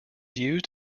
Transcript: used